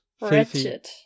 Wretched